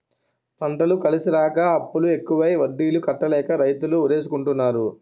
పంటలు కలిసిరాక అప్పులు ఎక్కువై వడ్డీలు కట్టలేక రైతులు ఉరేసుకుంటన్నారు